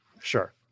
sure